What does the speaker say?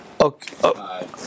Okay